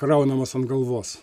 kraunamos ant galvos